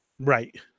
Right